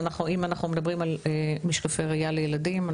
אם אנחנו מדברים על משקפי ראיה לילדים,